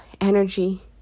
energy